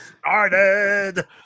started